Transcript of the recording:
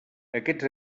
aquests